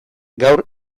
gaur